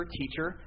teacher